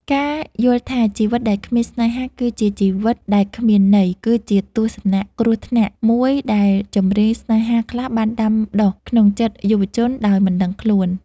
ការយល់ថាជីវិតដែលគ្មានស្នេហាគឺជាជីវិតដែលគ្មានន័យ គឺជាទស្សនៈគ្រោះថ្នាក់មួយដែលចម្រៀង ស្នេហា ខ្លះបានដាំដុះក្នុងចិត្តយុវជនដោយមិនដឹងខ្លួន។